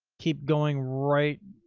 keep going right.